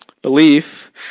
Belief